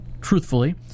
truthfully